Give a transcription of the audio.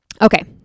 okay